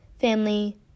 family